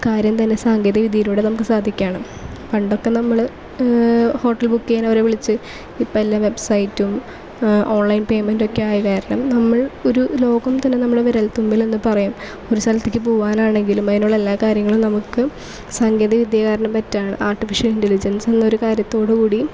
കാര്യം തന്നെ സാങ്കേതിക വിദ്യയിലൂടെ നമുക്ക് സാധിക്കുകയാണ് പണ്ടൊക്കെ നമ്മൾ ഹോട്ടൽ ബുക്ക് ചെയ്യാൻ അവരെ വിളിച്ച് ഇപ്പോൾ എല്ലാം വെബ്സൈറ്റും ഓൺലൈൻ പേയ്മെൻ്റൊക്കെ ആയത് കാരണം നമ്മൾ ഒരു ലോകം തന്നെ നമ്മളെ വിരൽ തുമ്പിലെന്ന് പറയാം ഒരു സ്ഥലത്തേക്ക് പോകാനാണെങ്കിലും അതിനുള്ള എല്ലാ കാര്യങ്ങളും നമുക്ക് സാങ്കേതിക വിദ്യ കാരണം പറ്റുകയാണ് ആർട്ടിഫിഷ്യൽ ഇൻറ്റലിജൻസ് എന്ന ഒരു കാര്യത്തോട് കൂടി